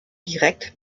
direkt